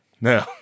No